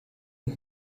und